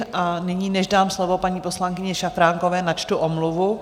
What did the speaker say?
A nyní, než dám slovo paní poslankyni Šafránkové, načtu omluvu.